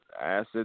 acid